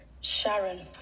Sharon